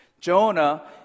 Jonah